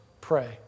pray